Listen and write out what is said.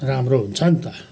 राम्रो हुन्छ नि त